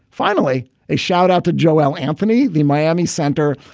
finally, a shout out to joel anthony. the miami center,